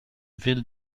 ville